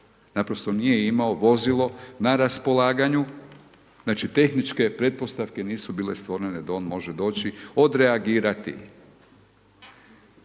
naprosto nije imao vozilo na raspolaganju, znači tehničke pretpostavke nisu bile stvorene da on može doći, odreagirati.